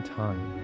time